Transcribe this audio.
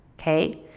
Okay